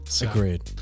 Agreed